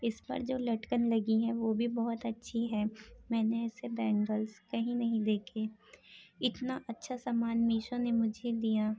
اس پر جو لٹکن لگی ہیں وہ بھی بہت اچّھی ہے میں نے ایسے بینگلس کہیں نہیں دیکھے اتنا اچّھا سامان میشو نے مجھے دیا